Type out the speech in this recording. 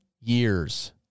years